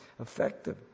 effective